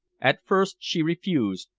at first she refused,